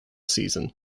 season